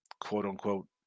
quote-unquote